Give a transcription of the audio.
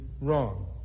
wrong